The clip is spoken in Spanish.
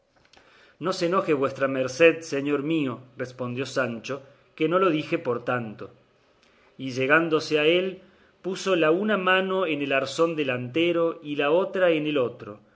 no se enoje vuestra merced señor mío respondió sancho que no lo dije por tanto y llegándose a él puso la una mano en el arzón delantero y la otra en el otro